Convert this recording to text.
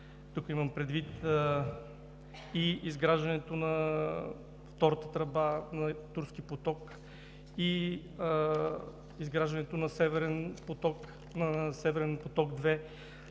Тук имам предвид и изграждането на втората тръба на „Турски поток“, и изграждането на „Северен поток“ 2,